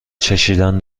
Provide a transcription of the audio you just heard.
چشیدن